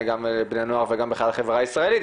גם לבני הנוער וגם לכלל החברה הישראלית,